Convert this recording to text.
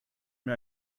mir